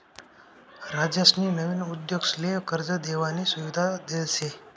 राज्यसनी नवीन उद्योगसले कर्ज देवानी सुविधा देल शे